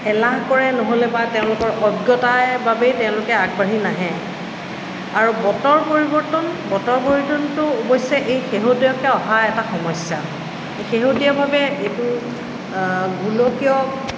এলাহ কৰে নহ'লে বা তেওঁলোকৰ অজ্ঞতাৰ বাবেই তেওঁলোকে আগবাঢ়ি নাহে আৰু বতৰ পৰিৱৰ্তন বতৰ পৰিৱৰ্তনটো অৱশ্যে এই শেহতীয়াকৈ অহা এটা সমস্যা শেহতীয়াভাৱে এইটো গোলকীয়